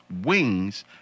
wings